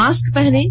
mask पहनें